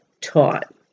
taught